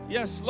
Yes